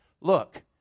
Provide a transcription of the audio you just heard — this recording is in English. Look